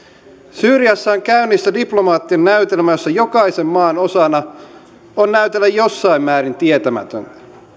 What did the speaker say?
syyriassa on käynnissä diplomaattinen näytelmä jossa jokaisen maan osana on näytellä jossain määrin tietämätöntä